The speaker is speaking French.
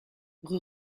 rue